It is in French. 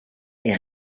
est